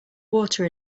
water